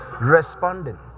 Responding